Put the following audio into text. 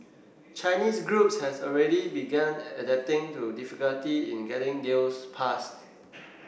Chinese groups have already begun adapting to difficulty in getting deal passed